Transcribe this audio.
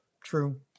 True